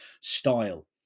style